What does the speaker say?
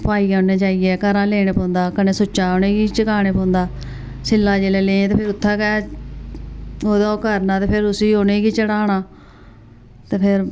पाई औने जाइयै घरा लैना पौंदा कन्नै सुच्चा उ'नें गी चकाना पौंदा छि'ल्ला जेल्लै ले'ग ते फिर उ'त्थें गै ओह्दा ओह् करना ते फिर उसी उ'नें गी चढ़ाना ते फिर